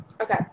Okay